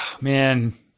man